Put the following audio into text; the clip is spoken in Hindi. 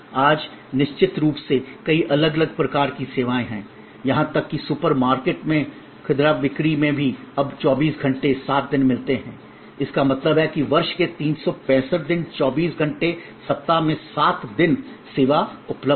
आज निश्चित रूप से कई अलग अलग प्रकार की सेवाएं हैं यहां तक कि सुपर मार्केट में खुदरा बिक्री में भी हमें 24 घंटे 7 दिन मिलते हैं इसका मतलब है कि वर्ष में 365 दिन 24 घंटे सप्ताह में 7 दिन सेवा उपलब्ध है